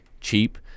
cheap